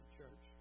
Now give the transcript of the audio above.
church